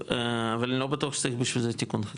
אבל אני לא בטוח שצריך בשביל זה תיקון.